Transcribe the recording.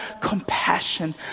compassion